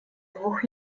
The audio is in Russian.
двух